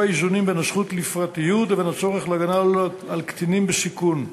איזונים בין הזכות לפרטיות לבין הצורך להגנה על קטינים בסיכון.